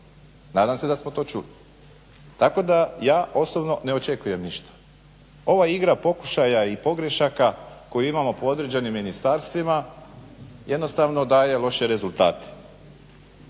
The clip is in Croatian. Nadam se da smo to čuli. Tako da ja osobno ne očekujem ništa. Ova igra pokušaja i pogrešaka koju imamo po određenim ministarstvima jednostavno daje loše rezultate.